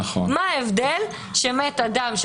אדם,